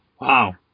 Wow